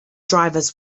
drivers